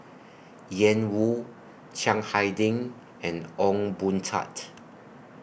Ian Woo Chiang Hai Ding and Ong Boon Tat